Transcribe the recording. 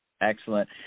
Excellent